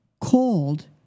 called